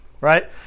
right